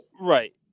Right